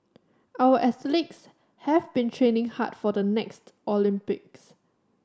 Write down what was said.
our athletes have been training hard for the next Olympics